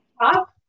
top